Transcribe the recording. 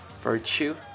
virtue